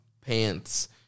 pants